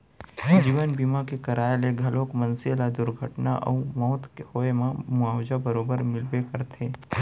जीवन बीमा के कराय ले घलौक मनसे ल दुरघटना अउ मउत होए म मुवाजा बरोबर मिलबे करथे